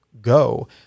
go